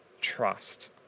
trust